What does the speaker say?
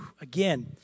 Again